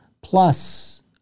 Plus